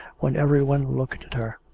when everyone looked at her.